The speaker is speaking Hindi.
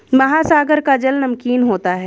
महासागर का जल नमकीन होता है